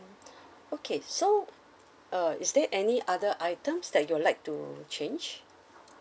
okay so uh is there any other items that you would like to change